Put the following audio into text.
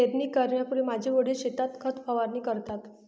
पेरणी करण्यापूर्वी माझे वडील शेतात खत फवारणी करतात